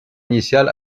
initial